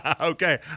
Okay